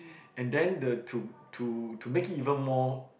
and then the to to to make it even more